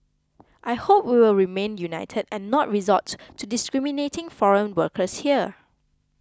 I hope we will remain united and not resort to discriminating foreign workers here